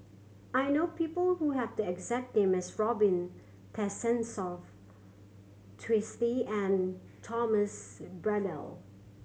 I know people who have the exact name as Robin Tessensohn Twisstii and Thomas Braddell